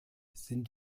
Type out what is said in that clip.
sind